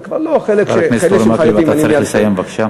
זה כבר לא חלק, חבר הכנסת מקלב, לסיים בבקשה.